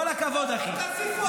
כל הכבוד, אחי.